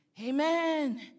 amen